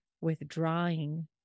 withdrawing